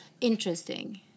Interesting